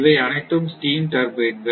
இவை அனைத்தும் ஸ்டீம் டர்பைன்கள்